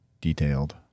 detailed